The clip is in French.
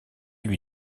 lui